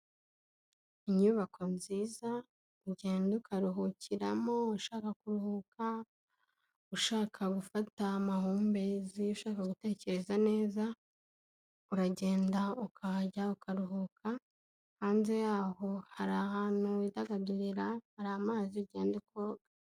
Inyubako nziza ugenda ukaruhukiramo ushaka kuruhuka, ushaka gufata amahumbezi, ushaka gutekereza neza, uragenda ukahajya ukaruhuka hanze yaho hari ahantu widagadurira hari amazi ugenda ukoga.